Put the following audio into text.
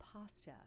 pasta